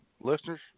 Listeners